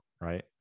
right